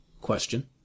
Question